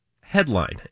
Headline